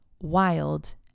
wild